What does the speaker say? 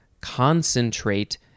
Concentrate